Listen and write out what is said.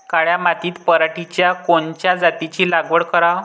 काळ्या मातीत पराटीच्या कोनच्या जातीची लागवड कराव?